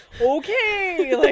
okay